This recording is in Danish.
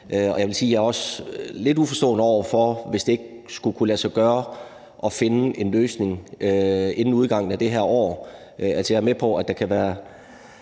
jeg er lidt uforstående, i forhold til hvis det ikke skulle kunne lade sig gøre at finde en løsning inden udgangen af det her år.